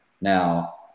Now